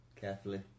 Carefully